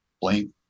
blank